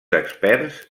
experts